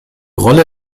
rolle